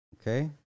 Okay